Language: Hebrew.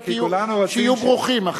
שיהיו ברוכים.